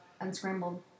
Unscrambled